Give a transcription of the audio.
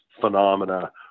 phenomena